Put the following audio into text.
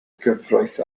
gyfraith